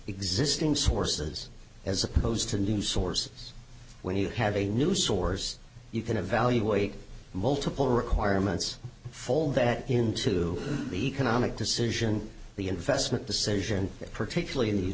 existing sources as opposed to new sources when you have a new source you can evaluate multiple requirements fold that into the economic decision the investment decision particularly